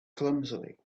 clumsily